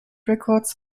records